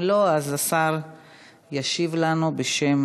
אם לא, אז השר ישיב לנו בשם